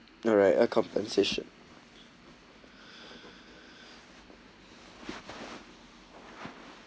alright a compensation